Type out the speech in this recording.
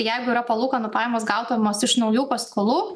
jeigu yra palūkanų pajamos gautamos iš naujų paskolų